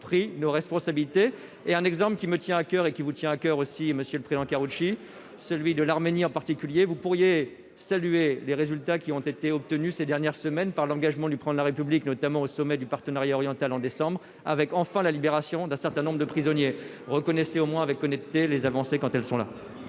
pris nos responsabilités et un exemple qui me tient à coeur et qui vous tient à coeur aussi, Monsieur le Président, Karoutchi, celui de l'Arménie, en particulier, vous pourriez saluer les résultats qui ont été obtenus ces dernières semaines par l'engagement du prendre la République notamment au sommet du Partenariat oriental en décembre avec enfin la libération d'un certain nombre de prisonniers reconnaissez au moins avec honnêteté les avancées quand elles sont là.